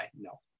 No